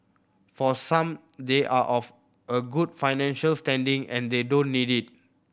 for some they are of a good financial standing and they don't need it